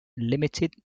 limited